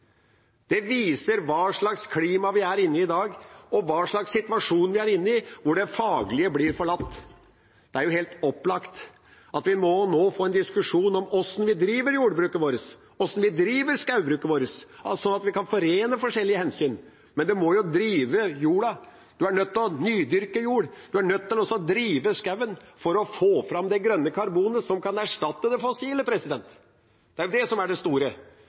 Det viser hva slags klima vi har i dag, og hva slags situasjon vi er i – det faglige blir forlatt. Det er helt opplagt at vi nå må få en diskusjon om hvordan vi driver jordbruket vårt, hvordan vi driver skogbruket vårt, altså at vi kan forene de forskjellige hensynene, men vi må jo drive jorda. Vi er nødt til nydyrke jord, vi er nødt til å drive skogen for å få fram det grønne karbonet som kan erstattet det fossile. Det er det store. Det som her erstatter det fossile, kommer fra atmosfæren. Det reduserer CO2-innholdet. Det er det